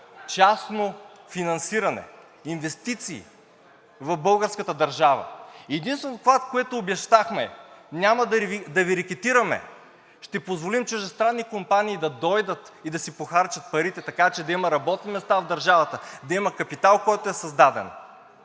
частно финансиране, инвестиции в българската държава. Единственото, което обещахме – няма да Ви рекетираме, ще позволим чуждестранни компании да дойдат и да си похарчат парите, така че да има работни места в държавата, да има капитал, който е създаден.